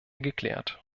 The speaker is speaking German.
geklärt